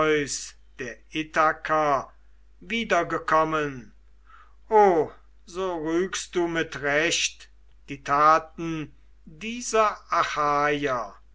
ithaker wiedergekommen o so rügst du mit recht die taten dieser